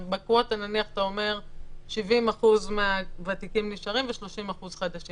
נניח שאתה אומר בקווטה ש-70% מהוותיקים נשארים ו-30% חדשים,